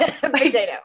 potato